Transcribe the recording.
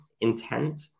intent